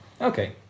Okay